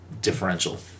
differential